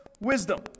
wisdom